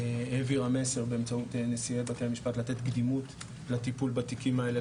העבירה מסר באמצעות נשיאי בתי המשפט לתת קדימות לטיפול בתיקים האלה,